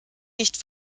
nicht